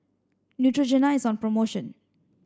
Neutrogena is on promotion